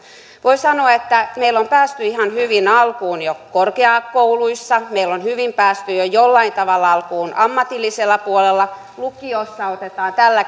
voi sanoa että meillä on päästy ihan hyvin alkuun jo korkeakouluissa meillä on hyvin päästy jo jollain tavalla alkuun ammatillisella puolella lukioissa otetaan tällä